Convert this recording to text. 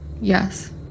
Yes